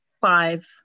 Five